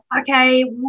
okay